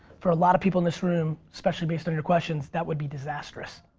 for a lot of people in this room, especially based on your questions, that would be disastrous.